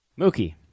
Mookie